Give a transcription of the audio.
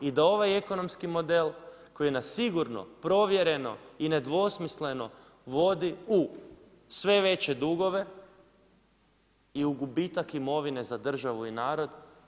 I da ovaj ekonomski model, koji sigurno, provjereno i nedvosmisleno vodi u sve veće dugove i u gubitak imovine za državu i narod.